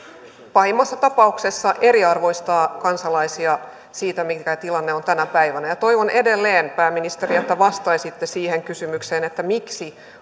pahimmassa tapauksessa eriarvoistaa kansalaisia siitä mikä tilanne on tänä päivänä toivon edelleen pääministeri että vastaisitte siihen kysymykseen miksi